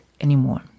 anymore